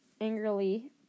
angrily